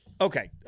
Okay